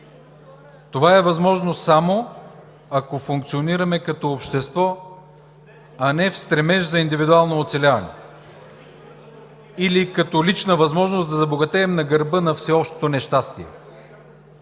Това е възможно само ако функционираме като общество, а не в стремеж за индивидуално оцеляване или като лична възможност да забогатеем на гърба на всеобщото нещастие.